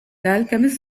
alchemist